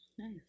nice